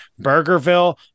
Burgerville